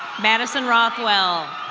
madison rockwell.